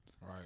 right